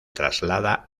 traslada